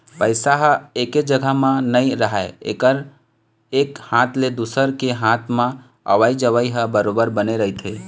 पइसा ह एके जघा म नइ राहय एकर एक हाथ ले दुसर के हात म अवई जवई ह बरोबर बने रहिथे